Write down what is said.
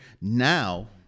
now